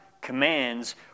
commands